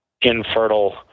infertile